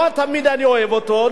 לא תמיד אני אוהב אותו,